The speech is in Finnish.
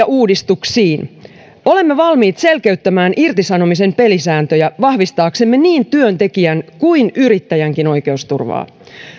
uudistuksiin olemme valmiit selkeyttämään irtisanomisen pelisääntöjä vahvistaaksemme niin työntekijän kuin yrittäjänkin oikeusturvaa